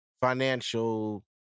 financial